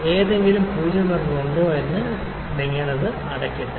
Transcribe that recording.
എന്തെങ്കിലും പൂജ്യം എറർ ഉണ്ടോ എന്ന് കാണാൻ ഞാൻ അത് അടയ്ക്കട്ടെ